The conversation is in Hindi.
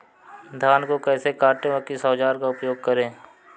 धान को कैसे काटे व किस औजार का उपयोग करें?